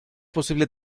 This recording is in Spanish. posible